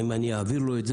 אני אעביר אותה.